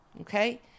okay